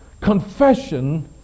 confession